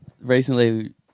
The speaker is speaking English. recently